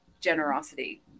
generosity